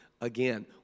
again